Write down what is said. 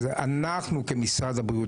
וזה אנחנו כמשרד הבריאות.